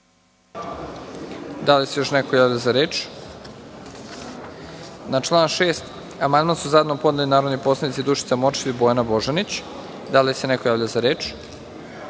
Da li se još neko javlja za reč? (Ne)Na član 6. amandman su zajedno podnele narodne poslanice Dušica Morčev i Bojana Božanić. Da li se neko javlja za reč?